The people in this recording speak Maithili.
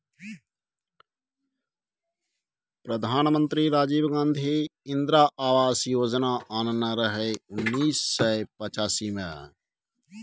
प्रधानमंत्री राजीव गांधी इंदिरा आबास योजना आनने रहय उन्नैस सय पचासी मे